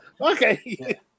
Okay